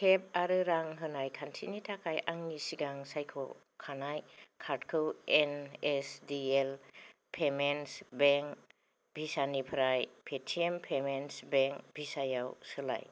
टिप आरो रां होनाय खान्थिनि थाखाय आंनि सिगां सायख'खानाय कार्डखौ N S D L payments bank भिसानिफ्राय पेटिएम पेमेन्टस बेंक भिसायाव सोलाय